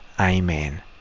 Amen